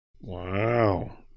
Wow